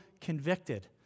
convicted